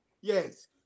Yes